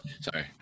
sorry